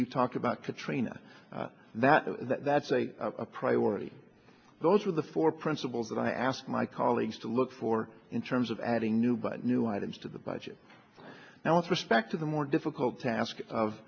you talk about katrina that that's a priority those are the four principles that i asked my colleagues to look for in terms of adding new but new items to the budget now with respect to the more difficult task of